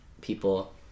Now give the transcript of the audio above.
people